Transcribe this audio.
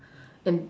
and